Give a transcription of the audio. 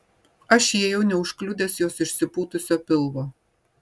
aš įėjau neužkliudęs jos išsipūtusio pilvo